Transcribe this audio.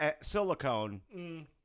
silicone